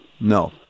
No